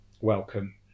welcome